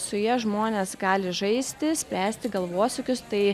su ja žmonės gali žaisti spręsti galvosūkius tai